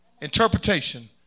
interpretation